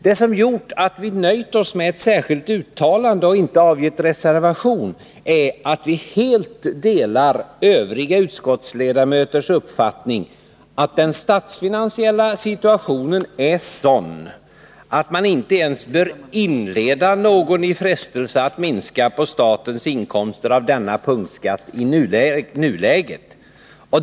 Det som gjort att vi nöjt oss med ett särskilt uttalande och inte avgett reservation är att vi helt delar övriga utskottsledamöters uppfattning, att den statsfinansiella situationen är sådan att man i nuläget inte bör inleda någon i frestelse att minska på statens inkomster ens av denna punktskatt.